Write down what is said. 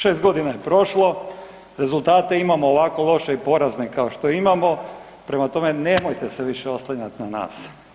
6 godina je prošlo, rezultate imamo ovako loše i porazne kao što imamo, prema tome nemojte se više oslanjati na nas.